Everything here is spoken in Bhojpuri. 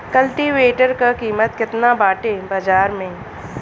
कल्टी वेटर क कीमत केतना बाटे बाजार में?